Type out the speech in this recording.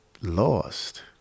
lost